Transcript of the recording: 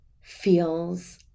feels